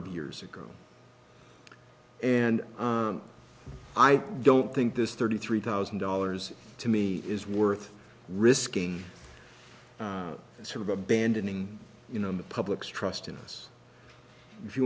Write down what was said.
of years ago and i don't think this thirty three thousand dollars to me is worth risking that sort of abandoning you know the public's trust in us if you